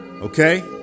Okay